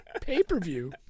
pay-per-view